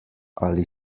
ali